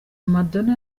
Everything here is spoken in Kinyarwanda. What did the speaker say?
madonna